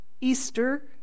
Easter